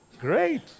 Great